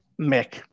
Mick